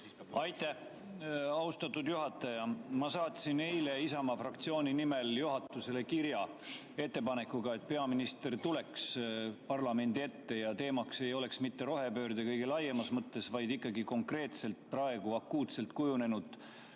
Aitäh, austatud juhataja! Ma saatsin eile Isamaa fraktsiooni nimel juhatusele kirja ettepanekuga, et peaminister tuleks parlamendi ette ja teemaks ei oleks mitte rohepööre kõige laiemas mõttes, vaid ikkagi konkreetselt praegu akuutselt kujunenud